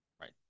right